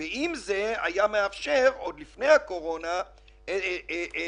אני חושב שצריך לבקש מידע שמנבא מה תהיה הירידה